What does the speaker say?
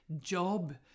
job